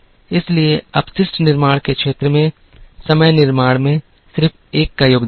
इसलिए अपशिष्ट निर्माण के क्षेत्र में समय निर्माण में सिर्फ एक का योगदान था